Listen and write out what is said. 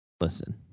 listen